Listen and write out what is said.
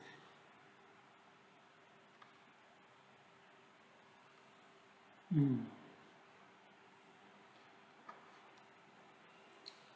mm